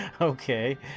Okay